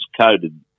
coded